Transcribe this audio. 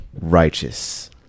righteous